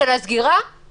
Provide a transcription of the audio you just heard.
שבו